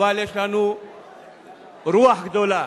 אבל יש לנו רוח גדולה.